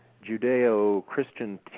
Judeo-Christian